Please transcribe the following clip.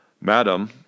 madam